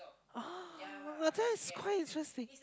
oh that is quite interesting